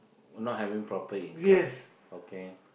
not having proper income okay